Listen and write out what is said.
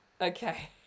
Okay